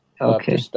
Okay